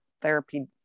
therapy